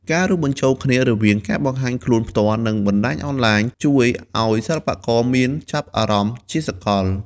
ការរួមបញ្ចូលគ្នារវាងការបង្ហាញខ្លួនផ្ទាល់ និងបណ្ដាញអនឡាញជួយធ្វើឲ្យសិល្បករមានចាប់អារម្មណ៍ជាសកល។